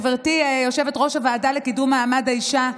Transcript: גברתי יושבת-ראש הוועדה לקידום מעמד האישה,